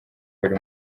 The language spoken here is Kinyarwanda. buri